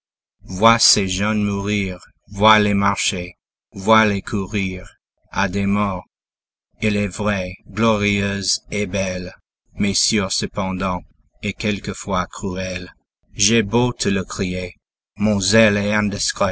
vois ces jeunes mourir vois-les marcher vois-les courir à des morts il est vrai glorieuses et belles mais sûres cependant et quelquefois cruelles j'ai beau te le crier mon